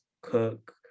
cook